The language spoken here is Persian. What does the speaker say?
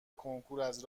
کنکوراز